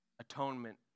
atonement